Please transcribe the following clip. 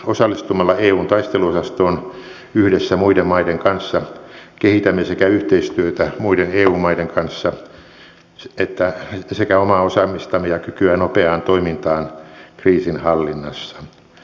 osallistumalla eun taisteluosastoon yhdessä muiden maiden kanssa kehitämme sekä yhteistyötä muiden eu maiden kanssa että omaa osaamistamme ja kykyä nopeaan toimintaan kriisinhallinnassa